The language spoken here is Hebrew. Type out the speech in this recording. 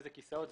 איזה כיסאות,